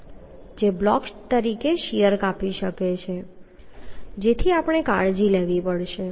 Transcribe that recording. જે બ્લોક તરીકે શીયર કાપી શકે છે જેથી આપણે કાળજી લેવી પડશે